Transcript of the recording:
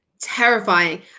terrifying